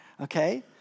Okay